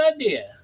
idea